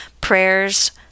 prayers